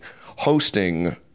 hosting